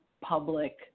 Public